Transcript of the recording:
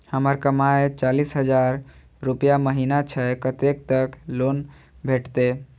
हमर कमाय चालीस हजार रूपया महिना छै कतैक तक लोन भेटते?